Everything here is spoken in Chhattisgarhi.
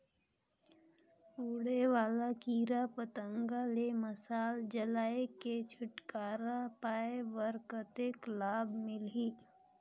उड़े वाला कीरा पतंगा ले मशाल जलाय के छुटकारा पाय बर कतेक लाभ मिलही?